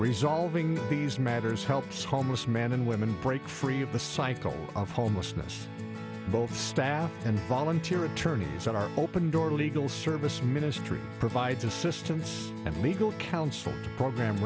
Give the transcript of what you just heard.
resolving these matters helps homeless men and women break free of the cycle of homelessness both staff and volunteer attorneys are open door legal service ministry provides assistance and legal counsel program